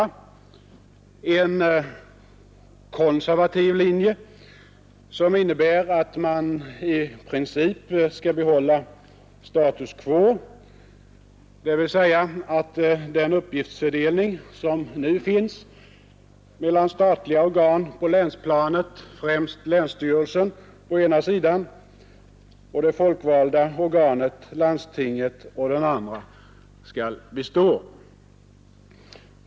Den ena är en konservativ linje, som innebär att man i princip skall behålla status quo, dvs. att den uppgiftsfördelning som nu finns mellan statliga organ på länsplanet, främst länsstyrelsen, å ena sidan, och det folkvalda organet landstinget, å den andra, skall bestå.